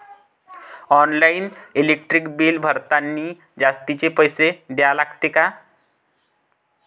Online electric bill भरतानी जास्तचे पैसे द्या लागते का?